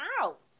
out